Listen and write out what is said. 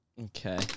Okay